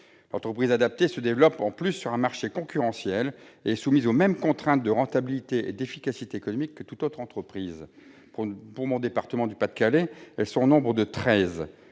L'entreprise adaptée, intervenant sur un marché concurrentiel, est soumise aux mêmes contraintes de rentabilité et d'efficacité économique que toute autre entreprise. Mon département, le Pas-de-Calais, compte 13 entreprises